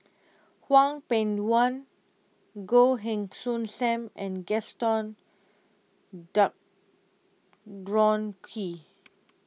Hwang Peng Yuan Goh Heng Soon Sam and Gaston Dutronquoy